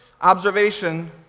observation